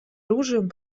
оружием